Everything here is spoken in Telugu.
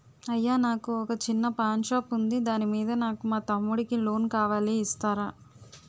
అయ్యా నాకు వొక చిన్న పాన్ షాప్ ఉంది దాని మీద నాకు మా తమ్ముడి కి లోన్ కావాలి ఇస్తారా?